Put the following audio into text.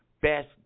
best